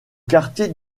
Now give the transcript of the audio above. quartier